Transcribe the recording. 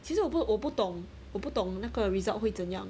其实我不我不懂我不懂那个 result 会怎样